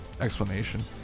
explanation